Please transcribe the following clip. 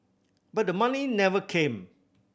but the money never came